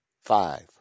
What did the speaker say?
Five